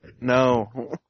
No